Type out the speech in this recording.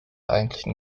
eigentlichen